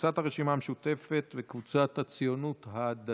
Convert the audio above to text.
קבוצת סיעת הרשימה המשותפת וקבוצת סיעת הציונות הדתית.